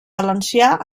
valencià